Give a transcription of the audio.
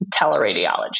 teleradiology